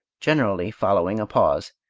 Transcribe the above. generally following a pause.